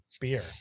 beer